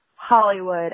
Hollywood